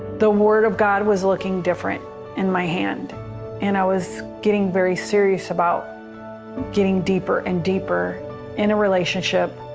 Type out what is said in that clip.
the word of god was looking different in my hand and i was getting very serious about getting deeper and deeper in a relationship.